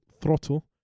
throttle